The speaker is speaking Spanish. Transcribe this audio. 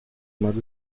más